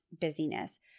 busyness